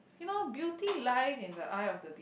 you know beauty lies in the eye of the be